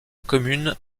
commune